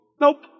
Nope